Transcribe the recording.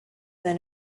their